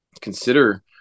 consider